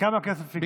וכמה כסף נגבה?